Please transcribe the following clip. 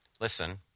Listen